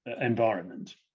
environment